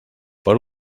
per